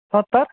सत्तर